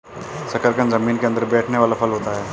शकरकंद जमीन के अंदर बैठने वाला फल होता है